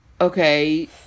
Okay